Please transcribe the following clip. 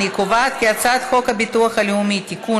ההצעה להעביר את הצעת חוק הביטוח הלאומי (תיקון,